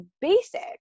basic